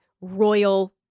royal